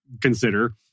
consider